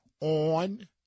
on